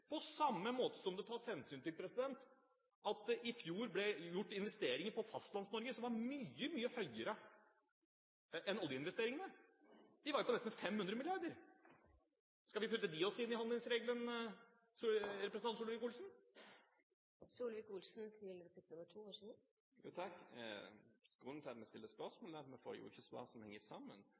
på samme måte som det tas hensyn til at det i fjor ble gjort investeringer i Fastlands-Norge som var mye høyere enn oljeinvesteringene. De var jo på nesten 500 mrd. kr. Skal vi putte dem også inn i handlingsregelen, Solvik-Olsen? Grunnen til at vi stiller spørsmålet er at vi ikke får svar som henger sammen.